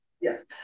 Yes